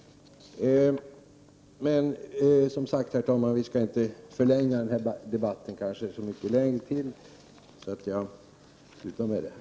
Men som sagt, herr talman, vi skall inte förlänga den här debatten ytterligare, utan jag slutar med detta.